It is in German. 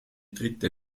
dritte